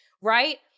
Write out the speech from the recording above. right